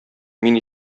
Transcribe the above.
мин